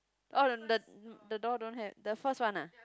oh the the the door don't have the first one ah